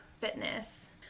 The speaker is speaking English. fitness